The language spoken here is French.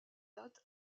date